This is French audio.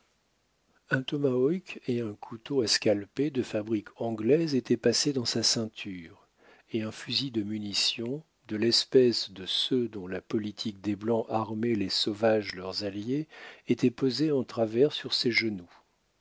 un tomahawk et un couteau à scalper de fabrique anglaise étaient passés dans sa ceinture et un fusil de munition de l'espèce de ceux dont la politique des blancs armait les sauvages leurs alliés était posé en travers sur ses genoux